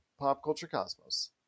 popculturecosmos